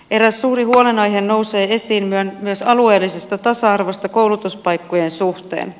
eräs suuri huolenaihe nousee esiin myös alueellisesta tasa arvosta koulutuspaikkojen suhteen